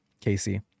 Casey